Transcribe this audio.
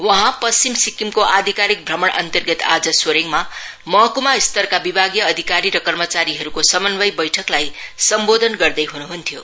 वहाँ पश्चिम सिक्किमको आधिकारिक भ्रमणअन्तर्गत आज सोरेङ महक्मा स्तरका विभागीय अधिकारी र कर्मचारीहरूको समन्वय बैठकलाई सम्बोधन गर्दै हन्हन्थ्यो